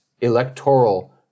electoral